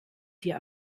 dir